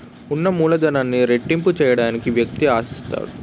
ఉన్న మూలధనాన్ని రెట్టింపు చేయడానికి వ్యక్తి ఆశిస్తాడు